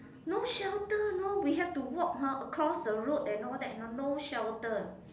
no shelter know we have to walk ah across the road and all that ah no shelter